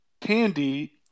tandy